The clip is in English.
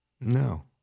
No